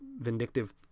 vindictive